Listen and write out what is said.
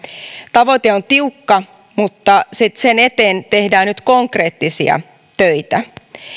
tavoite on tiukka mutta sen eteen tehdään nyt konkreettisia töitä